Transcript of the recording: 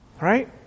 right